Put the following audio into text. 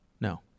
no